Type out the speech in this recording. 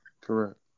Correct